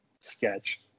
sketch